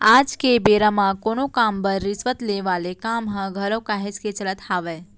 आज के बेरा म कोनो काम बर रिस्वत ले वाले काम ह घलोक काहेच के चलत हावय